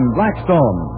Blackstone